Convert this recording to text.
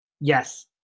Yes